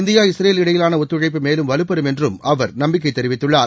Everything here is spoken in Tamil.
இந்தியா இஸ்ரேல் இடையிலான ஒத்துழைப்பு மேலும் வலுப்பெறும் என்று அவர் நம்பிக்கை தெரிவித்துள்ளார்